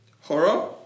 Horror